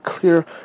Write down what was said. clear